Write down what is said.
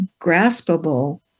graspable